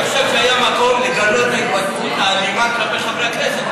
אני חושב שהיה מקום לגנות את ההתבטאות האלימה כלפי חברי הכנסת.